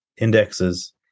indexes